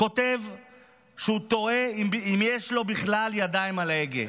כותב שהוא תוהה אם יש לו בכלל ידיים על ההגה,